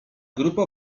grupy